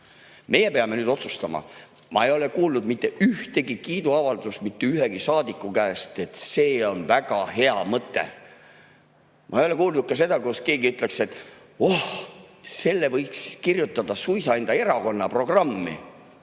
Meie peame nüüd otsustama. Ma ei ole kuulnud mitte ühtegi kiiduavaldust mitte ühegi saadiku käest, et see on väga hea mõte. Ma ei ole kuulnud ka seda, et keegi ütleks, et oh, selle võiks kirjutada suisa enda erakonna programmi.